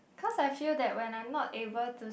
cause I feel that when I'm not able to